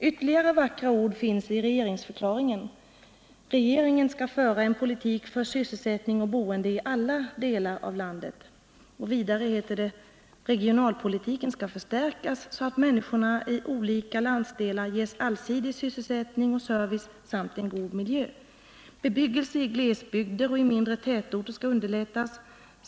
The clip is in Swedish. Ytterligare vackra ord finns i regeringsförklaringen: ”Regeringen skall föra en politik för sysselsättning och boende i alla delar av landet.” Vidare heter det: ”Regionalpolitiken skall förstärkas, så att människor i olika landsdelar ges allsidig sysselsättning och service samt en god miljö. Bebyggelse i glesbygder och i mindre tätorter skall underlättas.